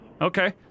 Okay